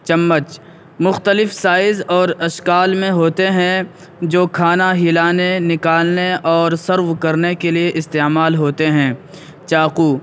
چمچ مختلف سائز اور اشکال میں ہوتے ہیں جو کھانا ہلانے نکالنے اور سرو کرنے کے لیے استعمال ہوتے ہیں چاقو